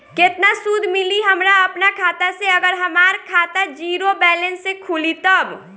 केतना सूद मिली हमरा अपना खाता से अगर हमार खाता ज़ीरो बैलेंस से खुली तब?